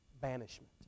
banishment